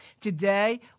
Today